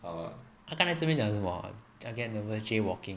它刚才这边讲什么 I get nervous jaywalking